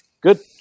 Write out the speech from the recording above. good